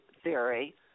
theory